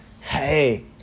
Hey